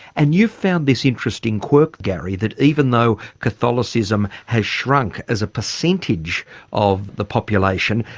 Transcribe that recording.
and you've found this interesting quirk gary that even though catholicism has shrunk as a percentage of the population,